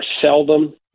seldom